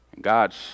God's